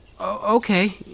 okay